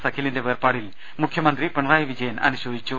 അഖിലിന്റെ വേർപാടിൽ മുഖൃമന്ത്രി പിണറായി വിജയൻ അനുശോചിച്ചു